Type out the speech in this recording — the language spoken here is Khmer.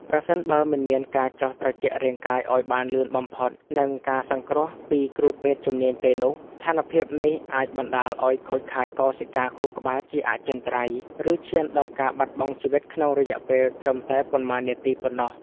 ប្រសិនបើមិនមានការចុះត្រជាក់រាងកាយឱ្យបានលឿនបំផុត និងការសង្គ្រោះពីគ្រូពេទ្យជំនាញទេនោះ ស្ថានភាពនេះអាចបណ្តាលឱ្យខូចខាតកោសិកាខួរក្បាលជាអចិន្ត្រៃយ៍ ឬឈានដល់ការបាត់បង់ជីវិតក្នុងរយៈពេលត្រឹមតែប៉ុន្មាននាទីប៉ុណ្ណោះ។